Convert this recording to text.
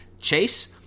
chase